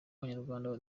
abanyarwanda